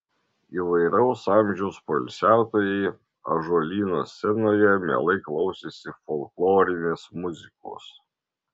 įvairaus amžiaus poilsiautojai ąžuolyno scenoje mielai klausėsi folklorinės muzikos